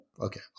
Okay